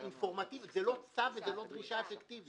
זה לא צו וזה לא דרישה אפקטיבית.